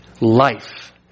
life